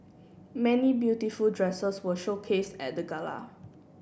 many beautiful dresses were showcase at the gala